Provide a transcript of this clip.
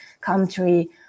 country